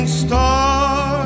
star